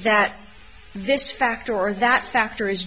that this factor or that factor is